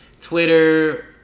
Twitter